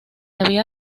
había